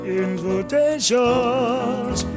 invitations